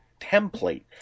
template